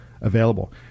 available